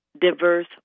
diverse